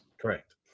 Correct